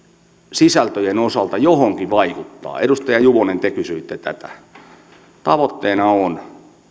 sisältöjen osalta johonkin vaikuttaa edustaja juvonen te kysyitte tätä niin tavoitteena on